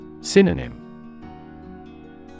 Synonym